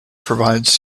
provides